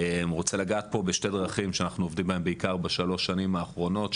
אני רוצה לגעת בשתי דרכים שאנחנו עובדים בהם בעיקר בשלוש שנים אחרונות,